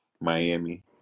Miami